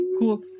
cool